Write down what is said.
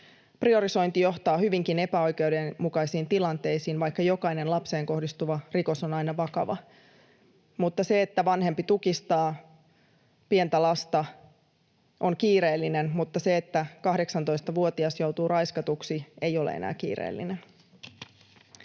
priorisointi johtaa hyvinkin epäoikeudenmukaisiin tilanteisiin, vaikka jokainen lapseen kohdistuva rikos on aina vakava. Se, että vanhempi tukistaa pientä lasta, on kiireellinen, mutta se, että 18-vuotias joutuu raiskatuksi, ei ole enää kiireellinen.